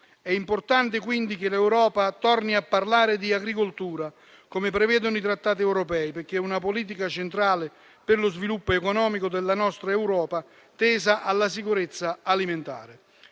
È importante, quindi, che l'Europa torni a parlare di agricoltura come prevedono i trattati europei, perché è una politica centrale per lo sviluppo economico della nostra Europa tesa alla sicurezza alimentare.